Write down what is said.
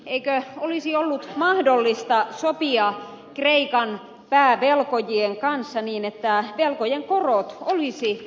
eikö olisi ollut mahdollista sopia kreikan päävelkojien kanssa niin että velkojen korot olisi kohtuullistettu